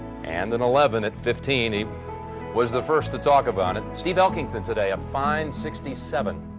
and then eleven at fifteen eight was the first to talk about it. steve elkington today a fine, sixty-seven.